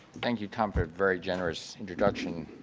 thank you, tom, for a very generous introduction.